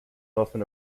often